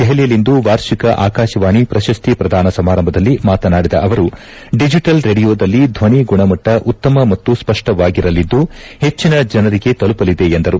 ದೆಹಲಿಯಲ್ಲಿಂದು ವಾರ್ಷಿಕ ಆಕಾಶವಾಣಿ ಪ್ರಶಸ್ತಿ ಪ್ರದಾನ ಸಮಾರಂಭದಲ್ಲಿ ಮಾತನಾಡಿದ ಅವರು ಡಿಜೆಟಲ್ ರೇಡಿಯೋದಲ್ಲಿ ಧ್ವನಿ ಗುಣಮಟ್ಟ ಉತ್ತಮ ಮತ್ತು ಸ್ಪಷ್ಟವಾಗಿರಲಿದ್ದು ಹೆಚ್ಚಿನ ಜನರಿಗೆ ತಲುಪಲಿದೆ ಎಂದರು